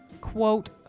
Quote